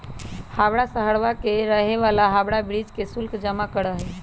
हवाड़ा शहरवा के रहे वाला हावड़ा ब्रिज के शुल्क जमा करा हई